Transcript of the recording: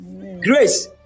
Grace